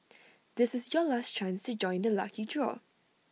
this is your last chance to join the lucky draw